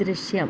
ദൃശ്യം